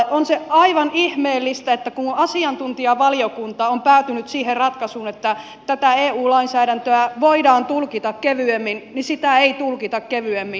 on se aivan ihmeellistä että kun asiantuntijavaliokunta on päätynyt siihen ratkaisuun että tätä eu lainsäädäntöä voidaan tulkita kevyemmin niin sitä ei tulkita kevyemmin